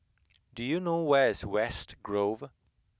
do you know where is West Grove